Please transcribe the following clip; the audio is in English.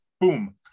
Boom